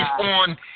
on